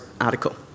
article